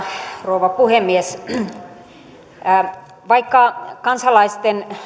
rouva puhemies vaikka kansalaisten